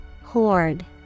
horde